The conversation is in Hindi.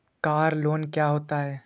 कार लोन क्या होता है?